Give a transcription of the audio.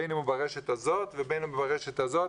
בין אם הוא ברשת הזאת ובין אם הוא ברשת הזאת,